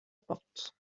porte